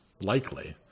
likely